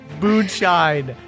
Moonshine